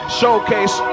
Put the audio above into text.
showcase